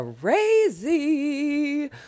crazy